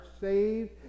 saved